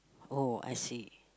oh I see